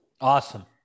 Awesome